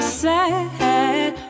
sad